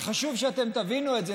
וחשוב שאתם תבינו את זה,